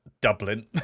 Dublin